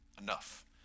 enough